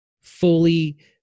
fully